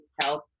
health